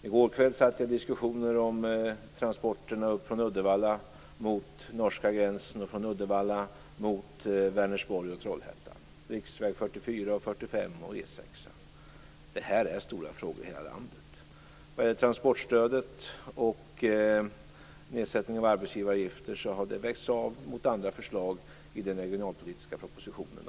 I går kväll satt jag i diskussioner om transporter från Uddevalla mot norska gränsen och från Uddevalla mot Vänersborg och Trollhättan, riksväg 44 och 45 och E 6. Det här är stora frågor i hela landet. Transportstödet och nedsättningen av arbetsgivaravgifter har vägts mot andra förslag i den regionalpolitiska propositionen.